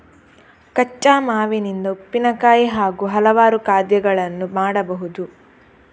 ಕಚ್ಚಾ ಮಾವಿನಿಂದ ಉಪ್ಪಿನಕಾಯಿ ಹಾಗೂ ಹಲವಾರು ಖಾದ್ಯಗಳನ್ನು ಮಾಡಬಹುದು